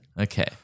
Okay